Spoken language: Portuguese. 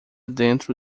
dentro